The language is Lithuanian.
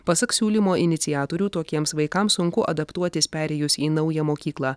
pasak siūlymo iniciatorių tokiems vaikams sunku adaptuotis perėjus į naują mokyklą